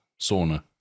sauna